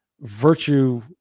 virtue